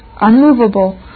unmovable